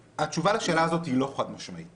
התשובה לשאלה הזאת היא לא חד משמעית,